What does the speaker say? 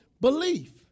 belief